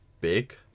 big